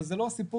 אבל זה לא הסיפור.